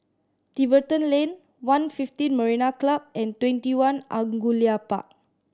Tiverton Lane One fifteen Marina Club and TwentyOne Angullia Park